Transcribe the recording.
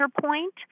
point